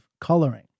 coloring